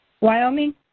Wyoming